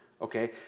Okay